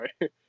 right